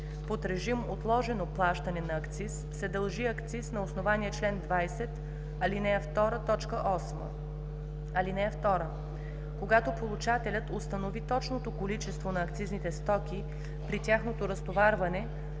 под режим отложено плащане на акциз, се дължи акциз на основание чл. 20, ал. 2, т. 8. (2) Когато получателят установи точното количество на акцизните стоки при тяхното разтоварване,